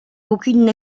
aucune